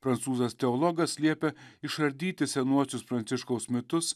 prancūzas teologas liepė išardyti senuosius pranciškaus mitus